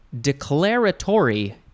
Declaratory